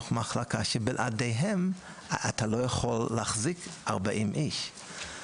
שבלעדיהם אתה לא יכול להחזיק 40 איש.